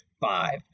Five